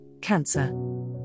Cancer